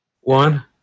One